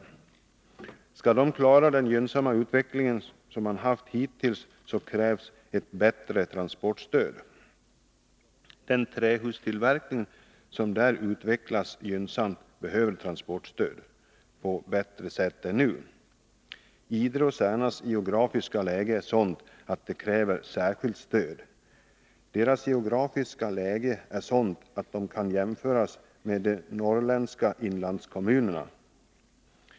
Skall företaget kunna upprätthålla den gynnsamma utveckling som det har haft hittills, så krävs ett bättre transportstöd. Den trähustillverkning som där utvecklats gynnsamt behöver transportstöd på ett bättre sätt än nu. Idres och Särnas geografiska läge är sådant att det kräver särskilt stöd. Det kan jämföras med de norrländska inlandskommunerna.